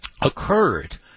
occurred